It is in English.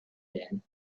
din